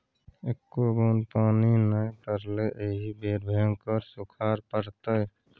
एक्को बुन्न पानि नै पड़लै एहि बेर भयंकर सूखाड़ पड़तै